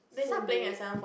so late